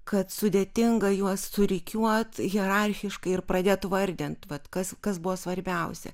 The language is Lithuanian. kad sudėtinga juos surikiuot hierarchiškai ir pradėt vardint vat kas kas buvo svarbiausia